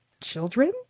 children